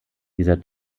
dieser